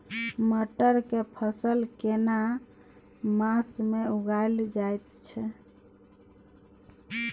मटर के फसल केना मास में उगायल जायत छै?